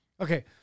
Okay